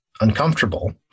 uncomfortable